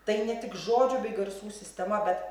tai ne tik žodžių bei garsų sistema bet